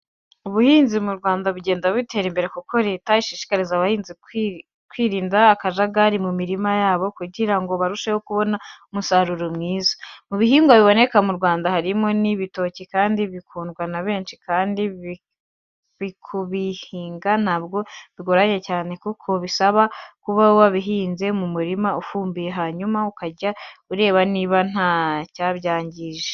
Ubuhinzi mu Rwanda bugenda butera imbere kuko leta ishishikariza abahinzi kwirinda akajagari mu mirima yabo kugira ngo barusheho kubona umusaruro mwiza. Mu bihingwa biboneka mu Rwanda harimo n'ibitoki kandi bikundwa na benshi kandi no kubihinga ntabwo bigoranye cyane kuko bisaba kuba wabihinze mu murima ufumbiye hanyuma ukajya ureba niba ntacyabyangije.